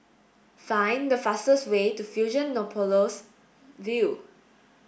find the fastest way to Fusionopolis View